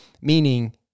Meaning